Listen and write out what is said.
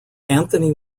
anthony